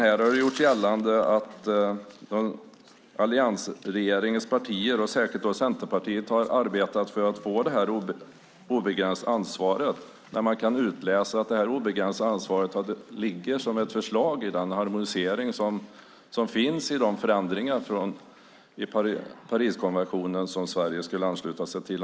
Här har det gjorts gällande att allianspartierna, särskilt Centerpartiet, har arbetat för att få detta obegränsade ansvar. Man kan dock utläsa att det obegränsade ansvaret finns som förslag till den harmonisering av förändringar i Pariskonventionen som Sverige ändå skulle ansluta sig till.